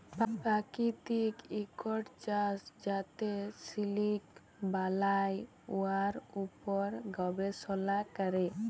পাকিতিক ইকট চাষ যাতে সিলিক বালাই, উয়ার উপর গবেষলা ক্যরে